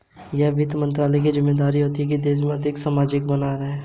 यह वित्त मंत्रालय की ज़िम्मेदारी होती है की देश में आर्थिक सामंजस्य बना रहे